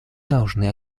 должно